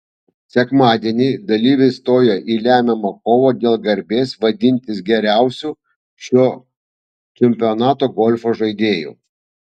sekmadienį dalyviai stojo į lemiamą kovą dėl garbės vadintis geriausiu šio čempionato golfo žaidėju